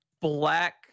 black